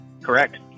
Correct